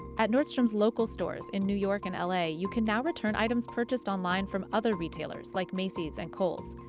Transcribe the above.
at nordstrom's local stores in new york and l a. you can now return items purchased online from other retailers like macy's and kohl's.